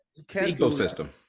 ecosystem